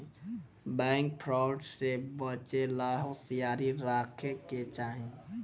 bank fraud से बचे ला होसियारी राखे के चाही